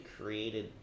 created